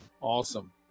Awesome